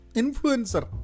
influencer